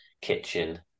Kitchen